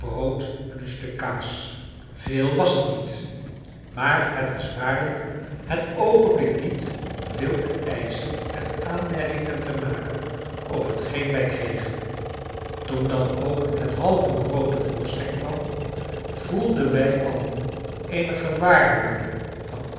en een stuk kaas veel was het niet maar het was waarlijk het oogenblik niet om veel te eischen en aanmerkingen te maken op hetgeen wij kregen toen dan ook het halve brood te voorschijn kwam voelden wij allen eene gewaarwording van